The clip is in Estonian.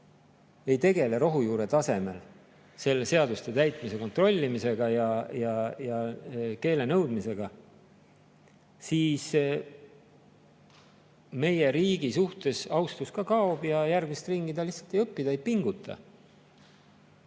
ei tegele rohujuuretasandil seaduste täitmise kontrollimisega ja keele[oskuse] nõudmisega, siis meie riigi suhtes austus kaob ja järgmist ringi ta lihtsalt ei õpi, ta ei pinguta.